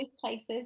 places